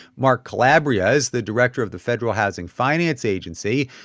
mark calabria is the director of the federal housing finance agency.